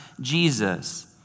Jesus